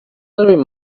elderly